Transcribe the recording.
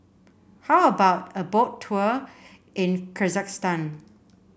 how about a Boat Tour in Kyrgyzstan